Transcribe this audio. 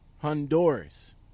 Honduras